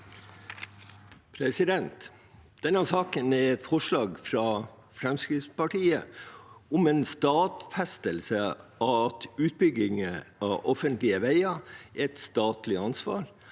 for saken): Denne saken er et forslag fra Fremskrittspartiet om en stadfestelse av at utbygging av offentlige veier er et statlig ansvar,